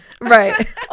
right